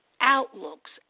outlooks